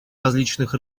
различных